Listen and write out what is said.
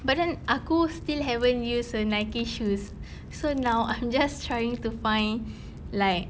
but then aku still haven't use her nike shoes so now I'm just trying to find like